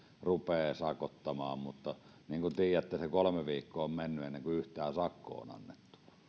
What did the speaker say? rupeaa sakottamaan mutta niin kuin tiedätte se kolme viikkoa on mennyt ennen kuin yhtään sakkoa on annettu